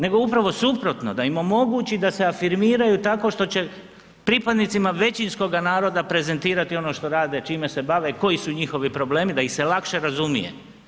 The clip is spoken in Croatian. Nego upravo suprotno, da omogući da se afirmiraju tako što će pripadnicima većinskoga naroda prezentirati ono što rade, čime se bave i koji su njihovi problemi da ih se lakše razumije.